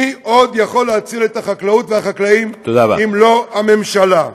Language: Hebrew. מי עוד יכול להציל את החקלאות והחקלאים אם לא הממשלה?